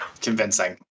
convincing